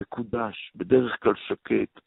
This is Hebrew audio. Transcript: מקודש, בדרך כל שקט.